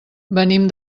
venim